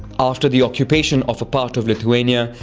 after the occupation of a part of lithuania,